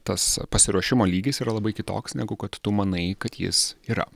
tas pasiruošimo lygis yra labai kitoks negu kad tu manai kad jis yra